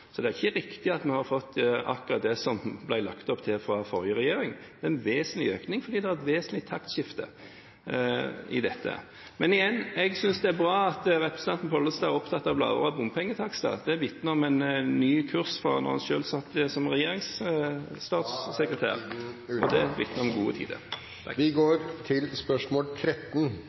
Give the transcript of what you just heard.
Det er altså ikke riktig at vi har fått akkurat det som det ble lagt opp til fra den forrige regjeringens side. Det er en vesentlig økning, fordi det er et vesentlig taktskifte i dette. Men igjen: Jeg synes det er bra at representanten Pollestad er opptatt av lavere bompengetakster. Det vitner om en ny kurs sammenlignet med da han selv satt som statssekretær i regjeringen. Det vitner om gode tider. Vi går da til spørsmål 13.